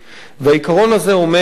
והעיקרון הזה אומר,